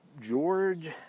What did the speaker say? George